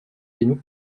genug